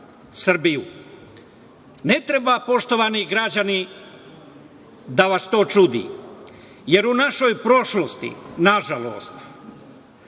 Ne treba, poštovani građani, da vas to čudi, jer u našoj prošlosti, nažalost,